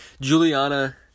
Juliana